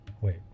Wait